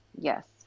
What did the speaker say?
Yes